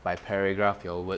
by paragraph your word